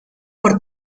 por